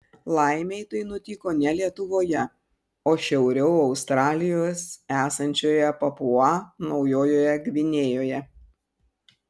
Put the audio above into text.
laimei tai nutiko ne lietuvoje o šiauriau australijos esančioje papua naujojoje gvinėjoje